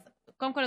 אז קודם כול,